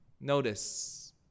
Notice